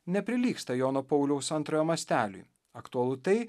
neprilygsta jono pauliaus antrojo masteliui aktualu tai